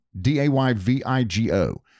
d-a-y-v-i-g-o